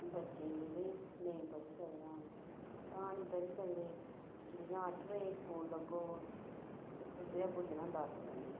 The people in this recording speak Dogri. बच्चे जेह्ड़े नेईं पढ़ी सकदे हैन तां नी पढ़ी सकदे जियां अट्ठ बजे स्कूल लग्गग टीचरें पुज्जना दस बजे